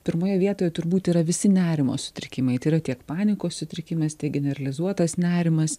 pirmoje vietoje turbūt yra visi nerimo sutrikimai tai yra tiek panikos sutrikimas tiek generalizuotas nerimas